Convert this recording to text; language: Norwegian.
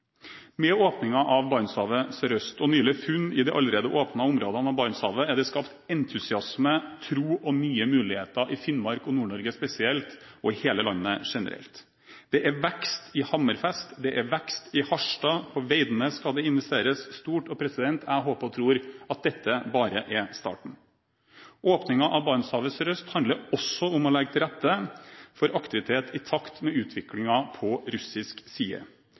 Med åpningen av Barentshavet sørøst og nylig funn i de allerede åpnede områdene av Barentshavet er det skapt entusiasme, tro og nye muligheter i Finnmark og Nord-Norge spesielt og i hele landet generelt. Det er vekst i Hammerfest, det er vekst i Harstad, på Veidnes skal det investeres stort. Jeg håper og tror at dette bare er starten. Åpningen av Barentshavet sørøst handler også om å legge til rette for aktivitet i takt med utviklingen på russisk side.